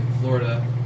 Florida